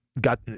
got